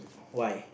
why